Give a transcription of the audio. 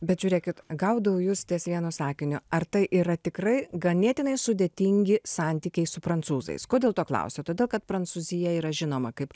bet žiūrėkit gaudau jus ties vienu sakiniu ar tai yra tikrai ganėtinai sudėtingi santykiai su prancūzais kodėl to klausiu todėl kad prancūzija yra žinoma kaip